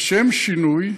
לשם שינוי,